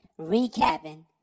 recapping